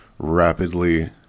rapidly